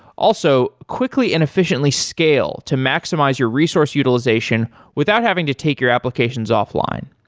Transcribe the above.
also, quickly and efficiently scale to maximize your resource utilization without having to take your applications offline.